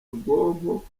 ubwonko